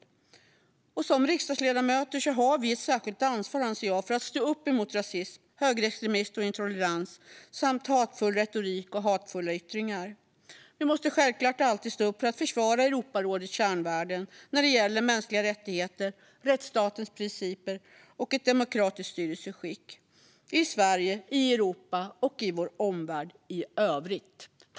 Jag anser att vi som riksdagsledamöter har ett särskilt ansvar att stå upp mot rasism, högerextremism och intolerans samt hatfull retorik och hatfulla yttringar. Vi måste självklart alltid stå upp för att försvara Europarådets kärnvärden när det gäller mänskliga rättigheter, rättsstatens principer och ett demokratiskt styrelseskick - i Sverige, i Europa och i vår omvärld i övrigt.